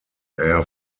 air